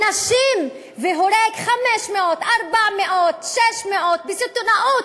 אנשים והורג 500, 400, 600, בסיטונאות,